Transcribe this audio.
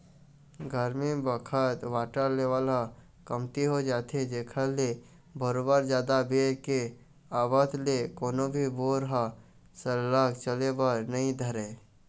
गरमी बखत water level ह कमती हो जाथे जेखर ले बरोबर जादा बेर के आवत ले कोनो भी बोर ह सरलग चले बर नइ धरय